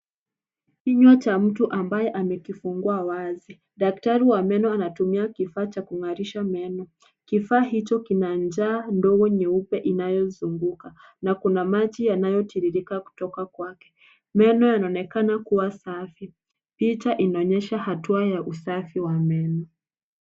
Kinywa cha mtu ambaye amekifungua wazi daktari wa meno anatumia kifaa cha kung'arisha meno ,kifaa hicho kina njaa ndogo nyeupe inayozunguka na kuna maji yanayotiririka kutoka kwake, meno yanaonekana kuwa safi picha inaonyesha hatua ya usafi wa meno.